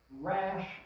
rash